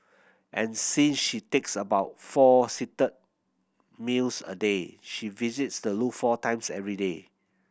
and since she takes about four seated meals a day she visits the loo four times every day